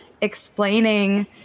explaining